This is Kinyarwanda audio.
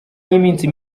y’iminsi